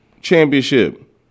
championship